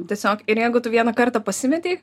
tiesiog ir jeigu tu vieną kartą pasimetei